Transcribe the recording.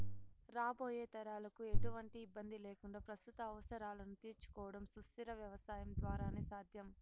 రాబోయే తరాలకు ఎటువంటి ఇబ్బంది లేకుండా ప్రస్తుత అవసరాలను తీర్చుకోవడం సుస్థిర వ్యవసాయం ద్వారానే సాధ్యం